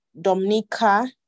Dominica